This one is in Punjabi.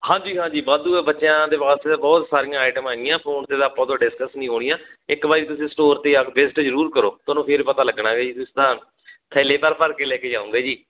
ਹਾਂਜੀ ਹਾਂਜੀ ਵਾਧੂ ਹੈ ਬੱਚਿਆਂ ਦੇ ਵਾਸਤੇ ਤਾਂ ਬਹੁਤ ਸਾਰੀਆਂ ਆਈਟਮ ਹੈਗੀਆਂ ਫ਼ੋਨ 'ਤੇ ਤਾਂ ਆਪਾਂ ਤੋਂ ਡਿਸਕਸ ਨਹੀਂ ਹੋਣੀਆਂ ਇੱਕ ਵਾਰੀ ਤੁਸੀਂ ਸਟੋਰ 'ਤੇ ਆ ਵਿਜ਼ਿਟ ਜ਼ਰੂਰ ਕਰੋ ਤੁਹਾਨੂੰ ਫਿਰ ਪਤਾ ਲੱਗਣਾ ਵੀ ਤੁਸੀਂ ਤਾਂ ਥੈਲੇ ਭਰ ਭਰ ਕੇ ਲੈ ਕੇ ਜਾਉਂਗੇ ਜੀ